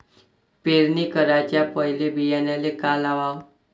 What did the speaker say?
पेरणी कराच्या पयले बियान्याले का लावाव?